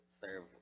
serve